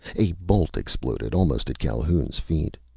a bolt exploded almost at calhoun's feet.